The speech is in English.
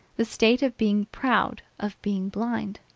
the state of being proud of being blind.